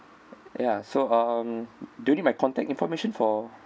ya um do you need my contact information for